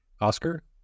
Oscar